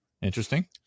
interesting